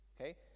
Okay